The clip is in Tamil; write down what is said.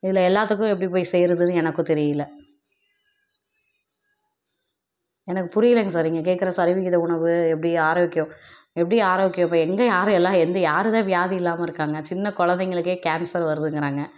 இதில் எல்லாத்துக்கும் எப்படி போய் சேருதுனு எனக்கும் தெரியலை எனக்கு புரியலைங்க சார் நீங்கள் கேட்குற சரிவிகித உணவு எப்படி ஆரோக்கியம் எப்படி ஆரோக்கியம் இப்போ எங்கே யார் எல்லாம் எந்த யார் தான் வியாதி இல்லாமல் இருக்காங்க சின்னக்கொழந்தைங்களுக்கே கேன்சர் வருதுங்கிறாங்க